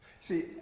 See